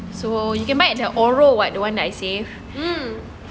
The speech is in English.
so you can buy at the ORRO [what] the one that I say